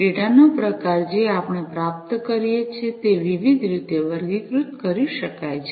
ડેટાનો પ્રકાર જે આપણે પ્રાપ્ત કરીએ છીએ તે વિવિધ રીતે વર્ગીકૃત કરી શકાય છે